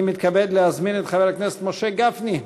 אני מתכבד להזמין את חבר הכנסת משה גפני.